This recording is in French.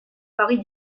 paris